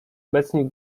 obecni